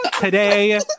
Today